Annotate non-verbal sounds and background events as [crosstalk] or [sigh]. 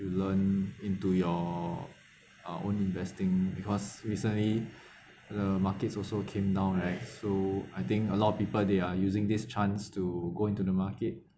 you learn into your uh own investing because recently [breath] the markets also came down right so I think a lot of people they are using this chance to go into the market